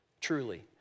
truly